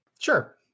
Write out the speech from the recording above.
sure